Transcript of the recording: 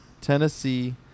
Tennessee